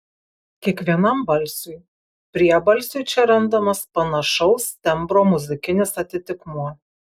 kiekvienam balsiui priebalsiui čia randamas panašaus tembro muzikinis atitikmuo